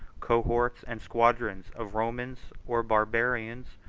cohorts, and squadrons, of romans, or barbarians,